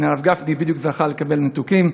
הנה הרב גפני בדיוק זכה לקבל "מתוקים",